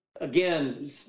again